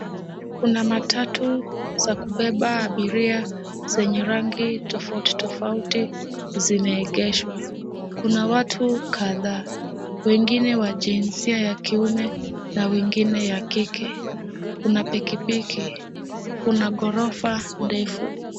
Kuna matatu za kubeba abiria zenye rangi tofauti tofauti zimeegeshwa. Kuna watu kadhaa, wengine wa jinsia ya kiume na wengine ya kike. Kuna pikipiki. Kuna ghorofa ndefu.